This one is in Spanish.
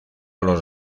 los